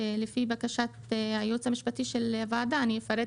לבקשת הייעוץ המשפטי של הוועדה אני אפרט